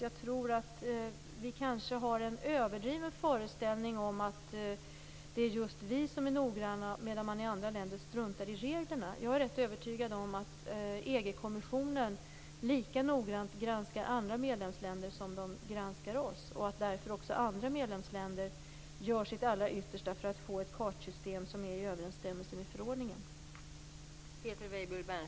Jag tror att vi kanske har en överdriven föreställning om att det är just vi som är noggranna, medan man i andra länder struntar i reglerna. Jag är rätt övertygad om att EG kommissionen lika noggrant granskar andra medlemsländer som de granskar oss och att därför också andra medlemsländer gör sitt allra yttersta för att få ett kartsystem som är i överensstämmelse med förordningen.